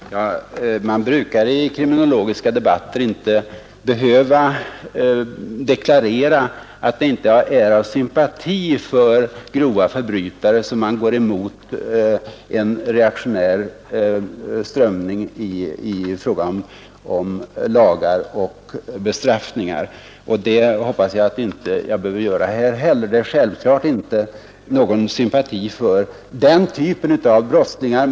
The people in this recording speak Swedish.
Herr talman! Man brukar i kriminologiska debatter inte behöva deklarera att det inte är av sympati för grova förbrytare som man går emot en reaktionär strömning i fråga om lagar och bestraffningar — och det hoppas jag att jag inte skall behöva göra här heller. Jag hyser självfallet inte någon sympati för den här typen av förbrytare.